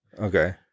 okay